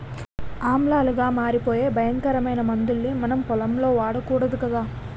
ఆమ్లాలుగా మారిపోయే భయంకరమైన మందుల్ని మనం పొలంలో వాడకూడదు కదా